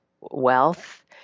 wealth